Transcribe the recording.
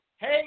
Hey